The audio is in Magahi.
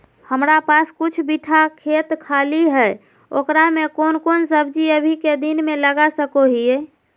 हमारा पास कुछ बिठा खेत खाली है ओकरा में कौन कौन सब्जी अभी के दिन में लगा सको हियय?